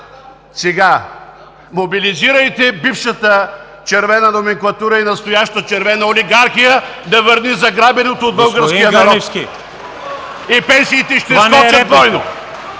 Мобилизирайте бившата червена номенклатура и настояща червена олигархия да върне заграбеното от българския народ! И пенсиите ще скочат двойно!